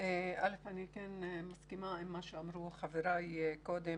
אני מסכימה עם מה שאמרו חבריי קודם,